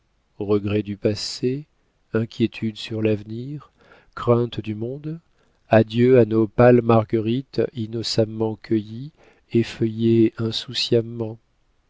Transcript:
cœur regrets du passé inquiétudes sur l'avenir craintes du monde adieux à nos pâles marguerites innocemment cueillies effeuillées